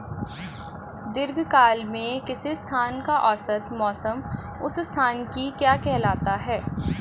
दीर्घकाल में किसी स्थान का औसत मौसम उस स्थान की क्या कहलाता है?